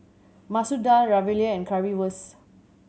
Masoor Dal Ravioli and Currywurst